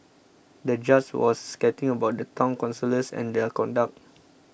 the judge was scathing about the Town Councillors and their conduct